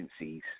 agencies